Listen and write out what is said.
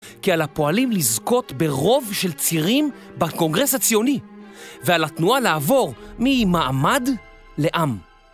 כי על הפועלים לזכות ברוב של צירים בקונגרס הציוני, ועל התנועה לעבור ממעמד לעם